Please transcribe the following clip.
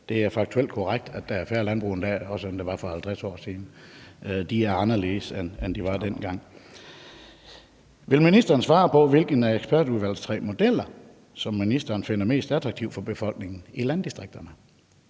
Det er faktuelt korrekt, at der er færre landbrug i dag, end der var for 50 år siden. De er anderledes, end de var dengang. Vil ministeren svare på, hvilken af ekspertudvalgets tre modeller ministeren finder mest attraktiv for befolkningen i landdistrikterne?